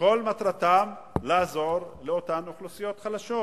כל מטרתם לעזור לאותן אוכלוסיות חלשות.